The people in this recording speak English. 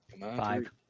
Five